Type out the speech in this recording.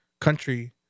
country